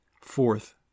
Fourth